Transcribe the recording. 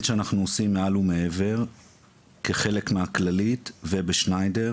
אנחנו עושים מעל ומעבר כחלק מקופת חולים כללית ובשניידר.